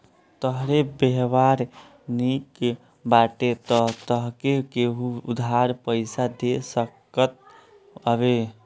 तोहार व्यवहार निक बाटे तअ तोहके केहु उधार पईसा दे सकत हवे